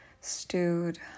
stewed